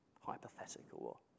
hypothetical